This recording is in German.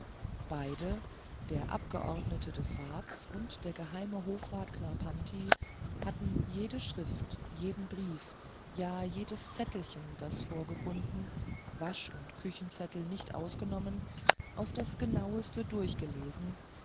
beide der abgeordnete des rats und der geheime hofrat knarrpanti hatten jede schrift jeden brief ja jedes zettelchen das vorgefunden wasch und küchenzettel nicht ausgenommen auf das genaueste durchgelesen